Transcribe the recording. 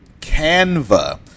Canva